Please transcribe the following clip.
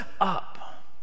up